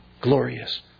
glorious